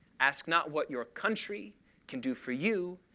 ask not what your country can do for you.